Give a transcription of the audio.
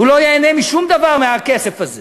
הוא לא ייהנה משום דבר בכסף הזה.